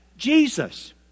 Jesus